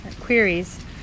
queries